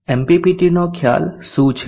એમપીપીટીનો ખ્યાલ શું છે